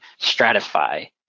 stratify